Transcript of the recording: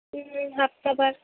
ہفتہ بھر